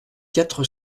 quatre